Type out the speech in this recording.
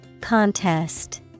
Contest